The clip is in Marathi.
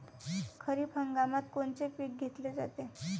खरिप हंगामात कोनचे पिकं घेतले जाते?